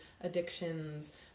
addictions